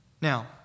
Now